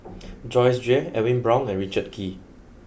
Joyce Jue Edwin Brown and Richard Kee